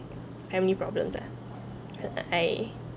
family problems lah I